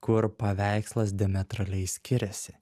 kur paveikslas diametraliai skiriasi